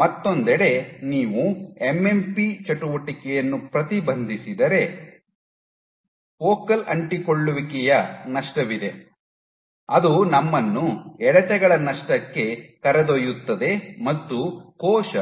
ಮತ್ತೊಂದೆಡೆ ನೀವು ಎಂಎಂಪಿ ಚಟುವಟಿಕೆಯನ್ನು ಪ್ರತಿಬಂಧಿಸಿದರೆ ಫೋಕಲ್ ಅಂಟಿಕೊಳ್ಳುವಿಕೆಯ ನಷ್ಟವಿದೆ ಅದು ನಮ್ಮನ್ನು ಎಳೆತಗಳ ನಷ್ಟಕ್ಕೆ ಕರೆದೊಯ್ಯುತ್ತದೆ ಮತ್ತು ಕೋಶ